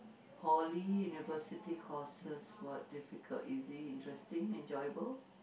Poly University courses what difficult easy is it interesting enjoyable